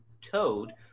toad